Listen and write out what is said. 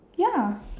ya